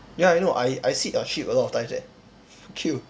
ya I know I I sit the ship a lot of times eh fuck you